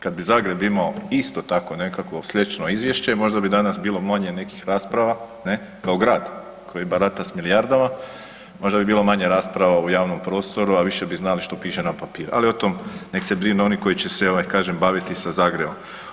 Kad bi Zagreb imao isto takvo nekakvo slično izvješće možda bi danas bilo manje nekih rasprava ne kao grad koji barata s milijardama, možda bi bilo manje rasprava u javnom prostoru, a više bi znali što piše na papiru, ali o tom nek se brinu oni koji će se ovaj kažem baviti sa Zagrebom.